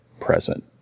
present